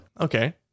Okay